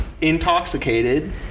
Intoxicated